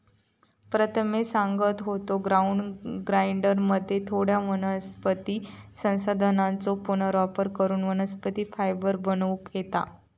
प्रथमेश सांगा होतो, ग्राउंड ग्राइंडरमध्ये थोड्या वनस्पती संसाधनांचो पुनर्वापर करून वनस्पती फायबर बनवूक येता